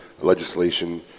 legislation